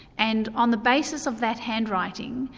and on the basis of that handwriting,